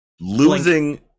losing